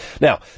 Now